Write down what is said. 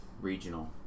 Regional